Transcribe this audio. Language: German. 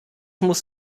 muss